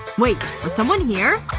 wait. was someone here?